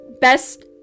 best